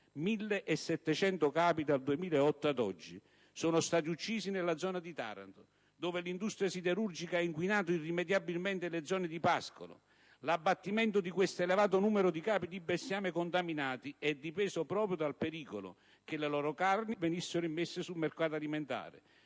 1.700 i capi di bestiame che sono stati uccisi nella zona di Taranto, dove l'industria siderurgica ha inquinato irrimediabilmente le zone di pascolo. L'abbattimento di questo elevato numero di capi di bestiame contaminati è dipeso proprio dal pericolo che le loro carni venissero immesse sul mercato alimentare.